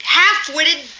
half-witted